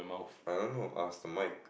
I don't know ask to Mike